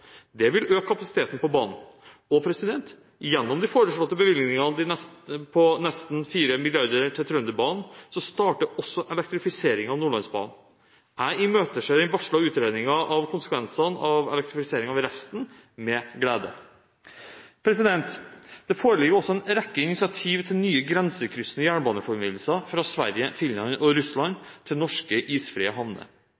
Det vil øke kapasiteten på banen. Gjennom de foreslåtte bevilgningene på nesten 4 mrd. kr til Trønderbanen starter også elektrifiseringen av Nordlandsbanen. Jeg imøteser med glede den varslede utredningen av konsekvensene av elektrifisering av resten av Nordlandsbanen. Det foreligger også en rekke initiativ til nye grensekryssende jernbaneforbindelser fra Sverige, Finland og Russland